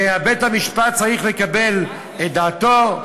ובית-המשפט צריך לקבל את דעתו.